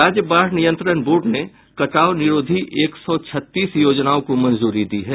राज्य बाढ़ नियंत्रण बोर्ड ने कटाव निरोधी एक सौ छत्तीस योजनाओं को मंजूरी दी है